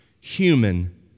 human